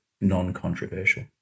non-controversial